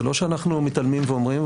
זה לא שאנחנו מתעלמים ואומרים,